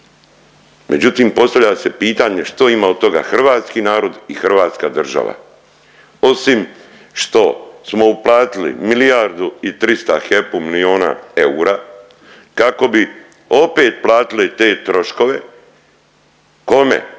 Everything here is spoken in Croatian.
Međutim postavlja se pitanje što ima od toga hrvatski narod i Hrvatska država, osim što smo uplatili milijardu i trista HEP-u milijuna eura kako bi opet platili te troškove, kome.